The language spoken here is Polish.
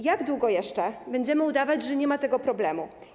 Jak długo jeszcze będziemy udawać, że nie ma tego problemu?